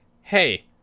Hey